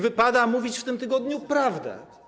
Wypada mówić w tym tygodniu prawdę.